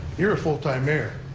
you're a full time mayor,